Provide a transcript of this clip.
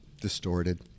distorted